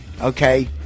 okay